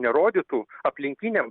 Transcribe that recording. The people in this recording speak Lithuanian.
nerodytų aplinkiniam